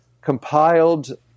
compiled